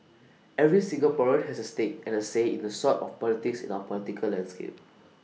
every Singaporean has A stake and A say in the sort of politics in our political landscape